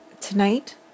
tonight